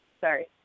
Sorry